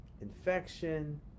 infection